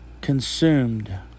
consumed